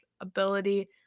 ability